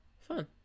Fun